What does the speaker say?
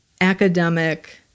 academic